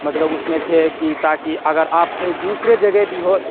مطلب اس میں تھے کہ تاکہ اگر آپ کہیں دوسرے جگہ بھی ہوں